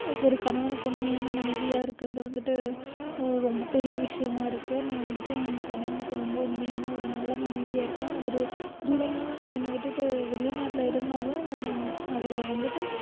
ஒரு கணவனுக்கு உண்மையான மனைவியாக இருக்கிறது வந்துட்டு ரொம்ப பெரிய விஷயமாக இருக்குது நான் வந்துட்டு என் கணவனுக்கு ரொம்ப உண்மையான ஒரு நல்ல மனைவியாக இருக்கேன் அவர் தூரமாக என்னை விட்டுட்டு வெளிநாட்டில் இருந்தாலும் நான் அவரை வந்துட்டு